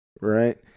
right